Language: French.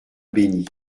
bénit